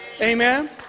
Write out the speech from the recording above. Amen